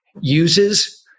uses